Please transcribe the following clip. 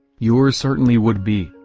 yours certainly would be,